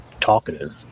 talkative